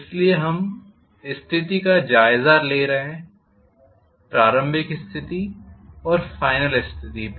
इसलिए हम स्थिति का जायजा ले रहे हैं प्रारंभिक स्थिति और फाइनल स्थिति पर